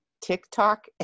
TikTok